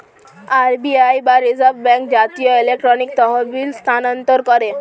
RBI বা reserve bank জাতীয় electronic তহবিল স্থানান্তর করে